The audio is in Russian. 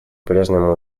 прежнему